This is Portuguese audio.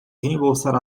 reembolsar